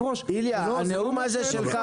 הנאום הזה שלך